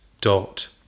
dot